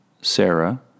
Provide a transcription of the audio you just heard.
Sarah